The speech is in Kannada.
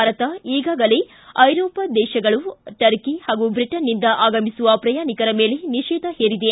ಭಾರತ ಈಗಾಗಲೇ ಐರೋಷ್ಠ ದೇಶಗಳು ಟರ್ಕಿ ಹಾಗು ಬ್ರಿಟನ್ನಿಂದ ಆಗಮಿಸುವ ಪ್ರಯಾಣಿಕರ ಮೇಲೆ ನಿಷೇಧ ಹೇರಿದೆ